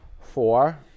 Four